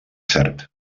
cert